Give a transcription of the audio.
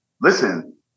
listen